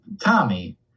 Tommy